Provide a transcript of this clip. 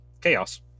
chaos